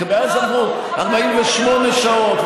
כי מאז עברו 48 שעות,